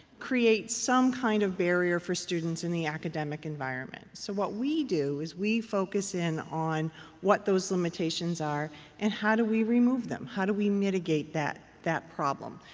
create some kind of barrier for students in the academic environment. so what we do is, we focus in on what those limitations are and how do we remove them. how do we mitigate that that problem?